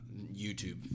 YouTube